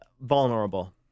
vulnerable